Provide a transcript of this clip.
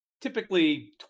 typically